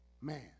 man